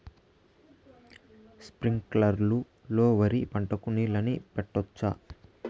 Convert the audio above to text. స్ప్రింక్లర్లు లో వరి పంటకు నీళ్ళని పెట్టొచ్చా?